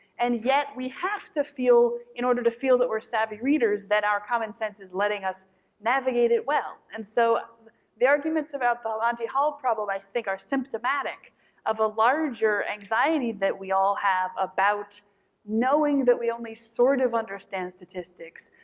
and yet we have to feel, in order to feel that we're savvy readers that our common sense is letting us navigate it well. and so the arguments about the monty hall problem i think are symptomatic of a larger anxiety that we all have about knowing that we only sort of understand statistics,